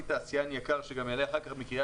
תעשיין יקר מקרית מלאכי, שגם יעלה אחר כך, אמר לי: